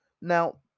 Now